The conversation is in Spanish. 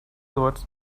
edwards